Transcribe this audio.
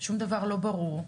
שום דבר לא ברור,